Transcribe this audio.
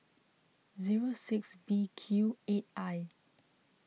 zero six B Q eight I